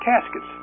caskets